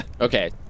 okay